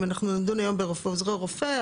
אם אנחנו נדון היום בעוזרי רופא,